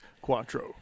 Quattro